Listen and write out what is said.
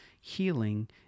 healing